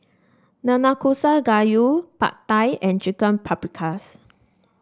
Nanakusa Gayu Pad Thai and Chicken Paprikas